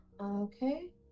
Okay